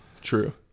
True